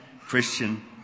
Christian